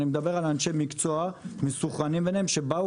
אני מדבר על אנשי מקצוע שמסונכרנים ביניהם ובאו